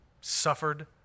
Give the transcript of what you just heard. suffered